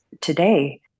today